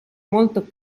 molto